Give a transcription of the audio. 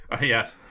Yes